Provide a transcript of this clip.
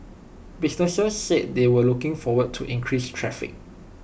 businesses said they were looking forward to increased traffic